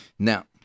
Now